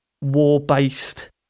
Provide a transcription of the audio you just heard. war-based